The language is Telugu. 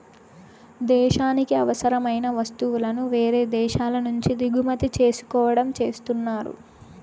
దేశానికి అవసరమైన వస్తువులను వేరే దేశాల నుంచి దిగుమతి చేసుకోవడం చేస్తున్నారు